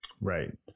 Right